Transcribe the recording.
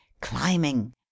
climbing